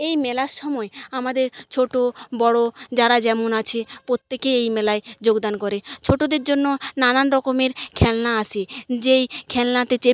এই মেলার সময় আমাদের ছোট বড় যারা যেমন আছে প্রত্যেকেই এই মেলায় যোগদান করে ছোটদের জন্য নানান রকমের খেলনা আসে যেই খেলনাতে চেপে